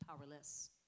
powerless